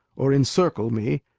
or encircle me,